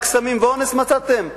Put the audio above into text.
רק סמים ואונס מצאתם?